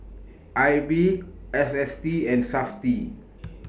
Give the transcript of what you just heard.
I B S S T and Safti